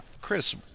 Chris